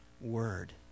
word